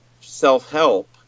self-help